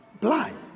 blind